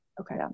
okay